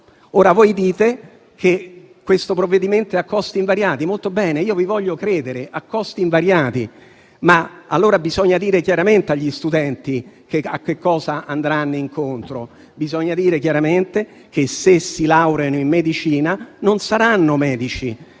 Voi dite che questo provvedimento è a costi invariati. Io voglio credere che sia a costi invariati, ma allora bisogna dire chiaramente agli studenti a cosa andranno incontro. Bisogna dire chiaramente che, se si laureano in medicina, non saranno medici,